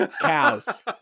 Cows